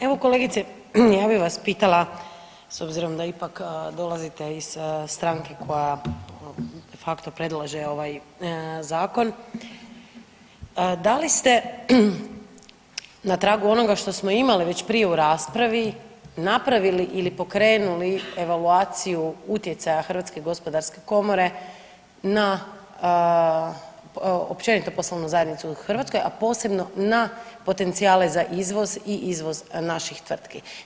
Evo kolegice ja bih vas pitala s obzirom da ipak dolazite iz stranke koje de facto predlaže ovaj zakon, da li ste na tragu onoga što smo imali već prije u raspravi napravili ili pokrenuli evaluaciju utjecaja HGK na općenito poslovnu zajednicu u Hrvatskoj, a posebno na potencijale za izvoz i izvoz naših tvrtki.